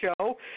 show